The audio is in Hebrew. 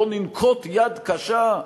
בוא ננקוט יד קשה?